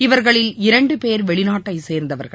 இவர்களில் இரண்டு பேர் வெளிநாட்டை சேர்ந்தவர்கள்